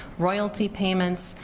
royalty payments,